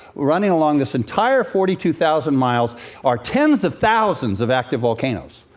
running along this entire forty two thousand miles are tens of thousands of active volcanoes.